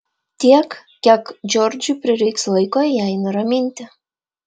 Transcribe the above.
tiek kiek džordžui prireiks laiko jai nuraminti